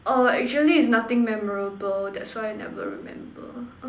oh actually is nothing memorable that's why never remember